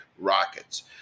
Rockets